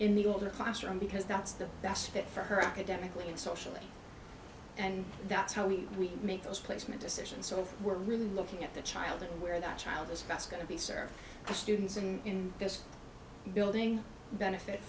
in the older classroom because that's the best fit for her academically and socially and that's how we make those placement decisions so we're really looking at the child and where that child is that's going to be served the students in this building benefit